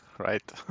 right